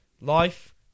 Life